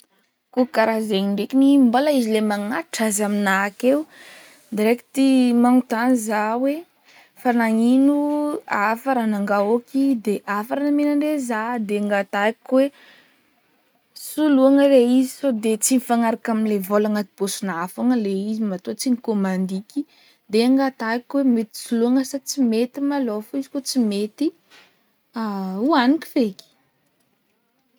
Ko karaha zegny ndraikiny, mbôla izy le mbola magnatitry azy amignahy akeo, directy magnotany zaho hoe fa nagnino, hafa raha nangahoaky, de hafa raha nomenandre zaho de angatahiko hoe soloina le izy sod tsy mifanaraka amle vôla agnaty paosignahy fogna le izy matoa tsy nikômandiky, de angatahiko hoe mety sa tsy mety malô, izy kaofa tsy de hoaniko feky.